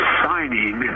signing